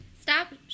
Stop